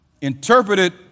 interpreted